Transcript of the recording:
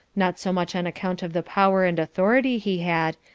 not so much on account of the power and authority he had,